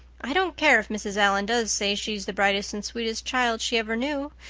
i don't care if mrs. allan does say she's the brightest and sweetest child she ever knew.